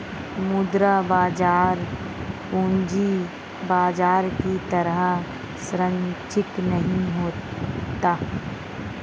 मुद्रा बाजार पूंजी बाजार की तरह सरंचिक नहीं होता